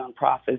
nonprofits